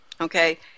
Okay